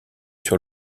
sur